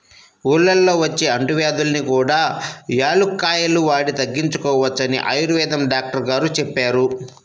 ఊళ్ళల్లో వచ్చే అంటువ్యాధుల్ని కూడా యాలుక్కాయాలు వాడి తగ్గించుకోవచ్చని ఆయుర్వేదం డాక్టరు గారు చెప్పారు